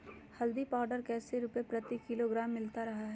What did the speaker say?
हल्दी पाउडर कैसे रुपए प्रति किलोग्राम मिलता रहा है?